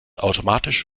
automatisch